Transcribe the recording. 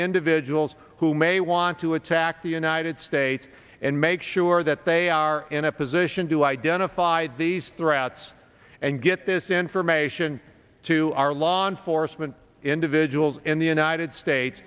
individuals who may want to attack the united states and make sure that they are in a position to identify these three outs and get this information to our law enforcement individuals in the united states